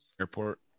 airport